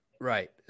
right